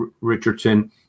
Richardson